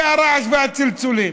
זה הרעש והצלצולים.